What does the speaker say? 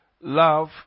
love